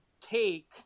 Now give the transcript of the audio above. take